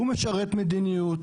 הוא משרת מדיניות,